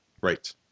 right